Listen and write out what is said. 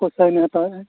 ᱯᱚᱭᱥᱟ ᱱᱮᱣᱛᱟᱣᱮᱜᱼᱟᱭ